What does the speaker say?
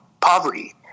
poverty